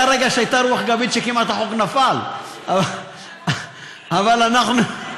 היה רגע שהייתה רוח גבית שכמעט החוק נפל, לא ממני.